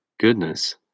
goodness